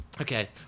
Okay